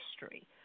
history